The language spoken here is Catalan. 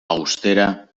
austera